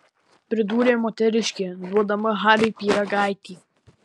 pridūrė moteriškė duodama hariui pyragaitį